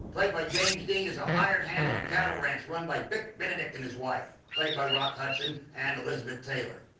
played by james dean, is a hired hand on a cattle ranch run by bick benedict and his wife, played by rock hudson and elizabeth taylor.